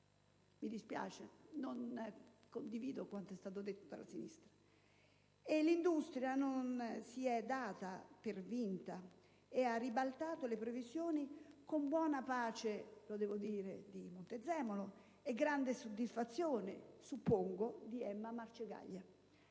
(mi dispiace, non condivido quanto è stato detto dalla sinistra). L'industria non si è data per vinta e ha ribaltato le previsioni, con buona pace - devo dire - di Montezemolo e grande soddisfazione - suppongo - di Emma Marcegaglia.